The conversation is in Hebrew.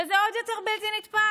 וזה עוד יותר בלתי נתפס,